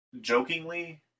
Jokingly